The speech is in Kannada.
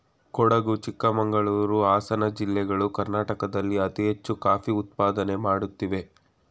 ಕೊಡಗು ಚಿಕ್ಕಮಂಗಳೂರು, ಹಾಸನ ಜಿಲ್ಲೆಗಳು ಕರ್ನಾಟಕದಲ್ಲಿ ಅತಿ ಹೆಚ್ಚು ಕಾಫಿ ಉತ್ಪಾದನೆ ಮಾಡುತ್ತಿವೆ